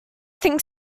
think